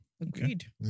Agreed